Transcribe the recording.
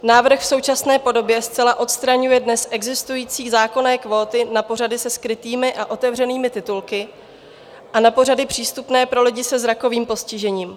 Návrh v současné podobě zcela odstraňuje dnes existující zákonné kvóty na pořady se skrytými a otevřenými titulky a na pořady přístupné pro lidi se zrakovým postižením.